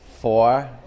Four